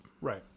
Right